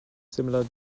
similar